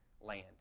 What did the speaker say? land